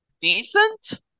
decent